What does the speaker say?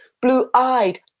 blue-eyed